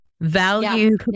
value